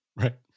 Right